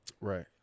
Right